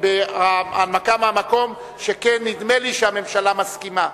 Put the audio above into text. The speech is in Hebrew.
הנמקה מהמקום, שכן נדמה לי שהממשלה מסכימה.